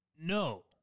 No